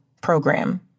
program